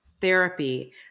therapy